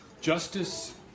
justice